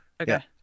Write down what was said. Okay